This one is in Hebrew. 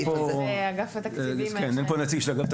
אם אין לי את הסעיף הזה אין לי איך לממש את זה.